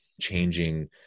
changing